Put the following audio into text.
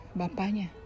bapanya